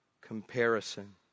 comparison